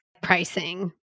Pricing